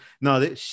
No